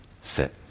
sit